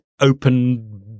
open